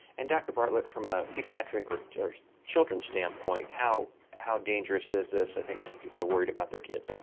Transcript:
and dr. bartlett, from a pediatric or yeah or children standpoint, how how dangerous is this? i think people are worried about their kids, ah